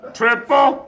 triple